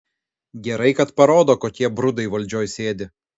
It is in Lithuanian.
gerai kad parodo kokie brudai valdžioj sėdi